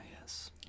yes